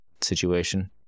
situation